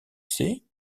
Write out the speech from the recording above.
sais